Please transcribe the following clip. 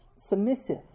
submissive